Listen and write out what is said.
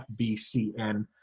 FBCN